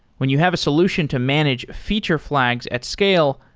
when you have a solution to manage feature flags at scale,